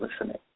listening